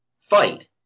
fight